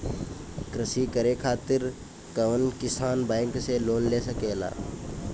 कृषी करे खातिर कउन किसान बैंक से लोन ले सकेला?